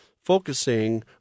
Focusing